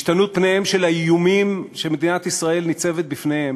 השתנות פניהם של האיומים שמדינת ישראל ניצבת בפניהם,